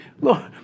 Lord